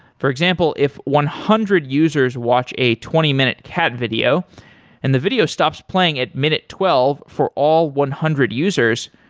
for example, if one hundred users watch a twenty minute cat video and the video stops playing at minute twelve for all one hundred users,